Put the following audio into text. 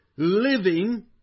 living